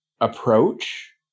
approach